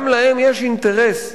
גם להם יש אינטרס.